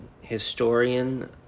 historian